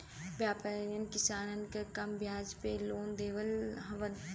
व्यापरीयन किसानन के कम बियाज पे लोन देवत हउवन